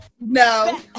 No